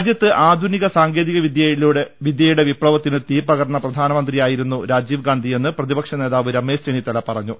രാജ്യത്ത് ആധുനിക സാങ്കേതിക വിദൃയുടെ വിപ്ലവത്തിന് തീപകർന്ന പ്രധാനമന്ത്രി ആയിരുന്നു രാജീവ്ഗാന്ധിയെന്ന് പ്രതിപക്ഷ നേതാവ് രമേശ് ചെന്നിത്തല പറഞ്ഞു